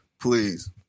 Please